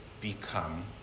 become